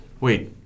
Wait